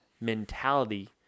mentality